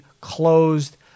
closed